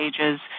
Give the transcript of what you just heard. ages